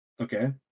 Okay